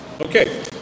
Okay